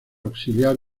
auxiliar